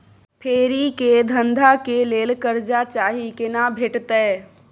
फेरी के धंधा के लेल कर्जा चाही केना भेटतै?